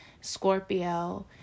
Scorpio